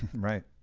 right.